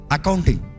Accounting